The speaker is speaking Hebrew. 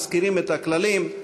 מזכירים את הכללים.